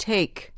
Take